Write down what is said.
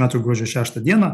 metų gruodžio šeštą dieną